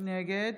נגד